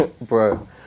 Bro